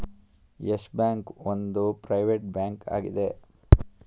Yes Bank ಒಂದು private bank ಆಗಿದೆ